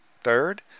Third